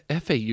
FAU